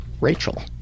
Rachel